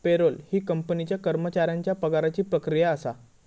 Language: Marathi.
पेरोल ही कंपनीच्या कर्मचाऱ्यांच्या पगाराची प्रक्रिया असा